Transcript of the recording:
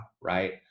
right